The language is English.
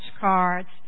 cards